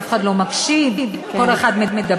אף אחד לא מקשיב, כל אחד מדבר.